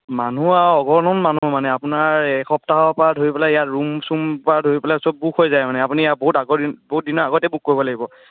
মানুহ আৰু অগনন মানুহ মানে আপোনাৰ এসপ্তাহৰপৰা ধৰি পেলাই ইয়াত ৰুম চুমৰপৰা ধৰি পেলাই চব বুক হৈ যায় মানে আপুনি ইয়াত বহুত আগত বহুত দিনৰ আগতে বুক কৰিব লাগিব